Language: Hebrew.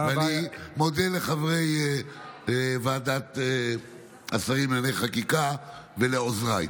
ואני מודה לחברי ועדת השרים לענייני חקיקה ולעוזריי.